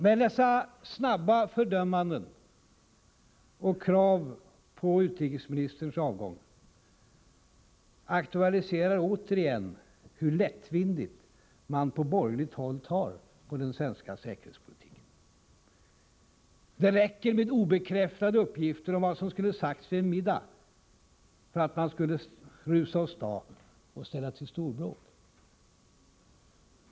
Men dessa snabba fördömanden och krav på utrikesministerns avgång aktualiserar återigen hur lättvindigt man på borgerligt håll tar på den svenska säkerhetspolitiken. Det räcker med obekräftade uppgifter om vad som skulle sagts vid en middag för att man skall rusa åstad och ställa till storbråk.